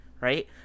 right